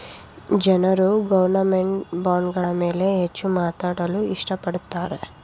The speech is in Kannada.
ಜನರು ಗೌರ್ನಮೆಂಟ್ ಬಾಂಡ್ಗಳ ಮೇಲೆ ಹೆಚ್ಚು ಮಾಡಲು ಇಷ್ಟ ಪಡುತ್ತಾರೆ